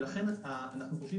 לכן אנחנו חושבים